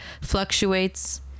fluctuates